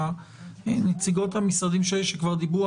נציגות המשרדים כבר דיברו.